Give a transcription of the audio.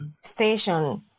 station